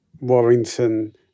Warrington